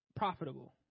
profitable